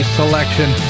selection